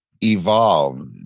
evolve